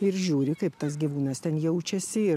ir žiūri kaip tas gyvūnas ten jaučiasi ir